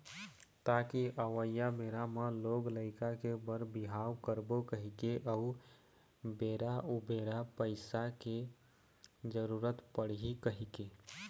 ताकि अवइया बेरा म लोग लइका के बर बिहाव करबो कहिके अउ बेरा उबेरा पइसा के जरुरत पड़ही कहिके